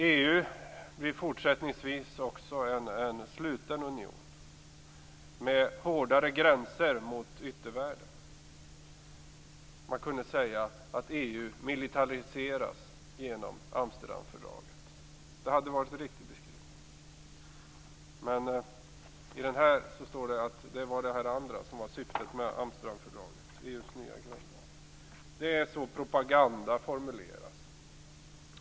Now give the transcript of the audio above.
EU blir fortsättningsvis en sluten union med hårdare gränser mot yttervärlden. EU militariseras genom Amsterdamfördraget. Det hade varit en riktig beskrivning. I broschyren står det att något annat var syftet med Amsterdamfördraget - EU:s nya grundlag. Det är så propaganda formuleras.